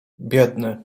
biedny